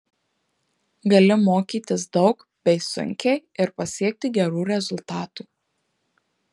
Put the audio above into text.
gali mokytis daug bei sunkiai ir pasiekti gerų rezultatų